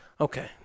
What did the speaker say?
Okay